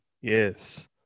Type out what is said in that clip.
Yes